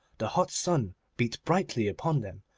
the hot sun beat brightly upon them,